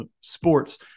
sports